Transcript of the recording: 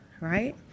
right